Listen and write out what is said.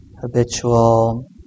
habitual